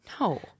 no